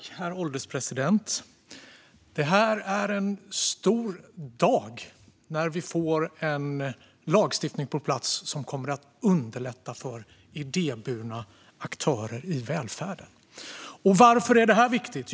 Herr ålderspresident! Det här är en stor dag, när vi får en lagstiftning på plats som kommer att underlätta för idéburna aktörer i välfärden. Varför är detta viktigt?